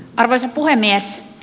arvoisa puhemies